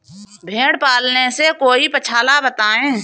भेड़े पालने से कोई पक्षाला बताएं?